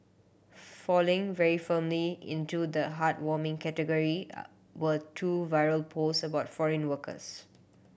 falling very firmly into the heartwarming category are were two viral post about foreign workers